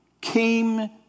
came